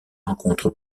rencontres